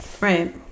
Right